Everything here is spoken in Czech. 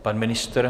Pan ministr?